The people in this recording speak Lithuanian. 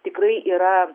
tikrai yra